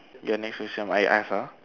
your next question I ask ah